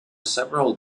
several